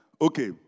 Okay